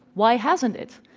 why hasn't it?